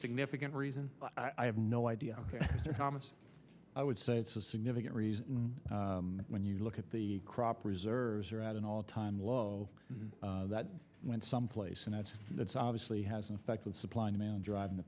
significant reason i have no idea how much i would say it's a significant reason when you look at the crop reserves are at an all time low that went someplace and that's obviously has an effect on supply and man driving the